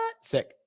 sick